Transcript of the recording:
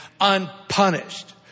unpunished